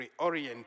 reorient